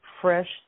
Fresh